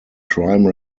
crime